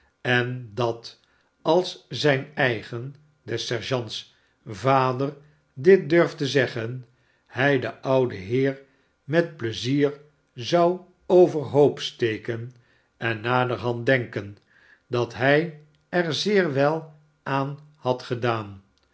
en dat als zijn eigen des sergeants vader dit durfde zeggen hij den ouden heer met pleizier zou overhoop steken en naderhand denken dat hij er zeer wel aan had gedaan